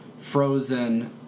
Frozen